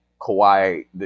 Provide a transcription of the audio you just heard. Kawhi